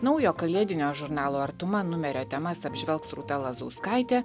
naujo kalėdinio žurnalo artuma numerio temas apžvelgs rūta lazauskaitė